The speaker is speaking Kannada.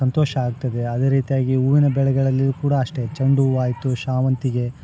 ಸಂತೋಷ ಆಗ್ತದೆ ಅದೇ ರೀತಿಯಾಗಿ ಹೂವಿನ ಬೆಳೆಗಳಲ್ಲಿ ಕೂಡ ಅಷ್ಟೇ ಚೆಂಡು ಹೂವ ಆಯಿತು ಶಾವಂತಿಗೆ